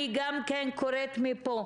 אני גם קוראת מפה,